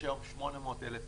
יש היום 800,000 מובטלים.